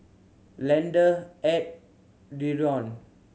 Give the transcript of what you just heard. Leander Edd Dereon